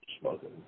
smoking